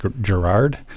Gerard